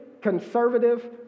conservative